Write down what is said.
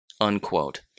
Unquote